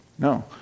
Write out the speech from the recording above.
No